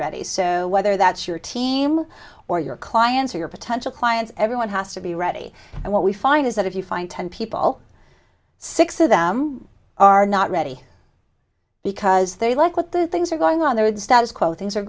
ready so whether that's your team or your clients or your potential clients everyone has to be ready and what we find is that if you find ten people six of them are not ready because they like what the things are going on there and status quo things are